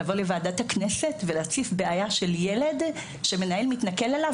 לבוא לוועדת הכנסת ולהציף בעיה של ילד שמנהל מתנכל אליו